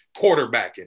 quarterbacking